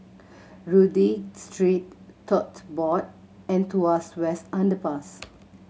Rodyk Street Tote Board and Tuas West Underpass